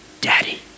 Daddy